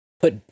put